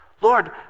Lord